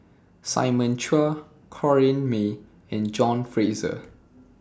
Simon Chua Corrinne May and John Fraser